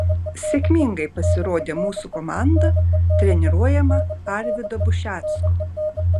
sėkmingai pasirodė mūsų komanda treniruojama arvydo bušecko